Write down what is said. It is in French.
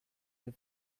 que